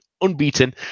unbeaten